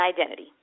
identity